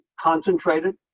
concentrated